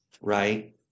right